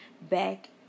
back